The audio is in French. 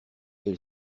elle